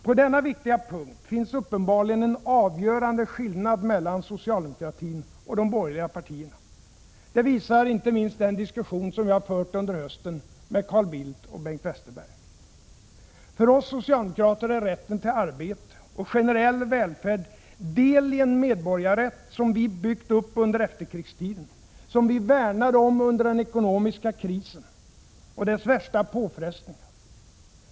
På denna viktiga punkt finns uppenbarligen en avgörande skillnad mellan socialdemokratin och de borgerliga partierna. Det visar inte minst den diskussion som jag har fört under hösten med Carl Bildt och Bengt Westerberg. För oss socialdemokrater är rätten till arbete och generell välfärd del i en medborgarrätt som vi byggt upp under efterkrigstiden, som vi värnade om under den ekonomiska krisens värsta påfrestningar.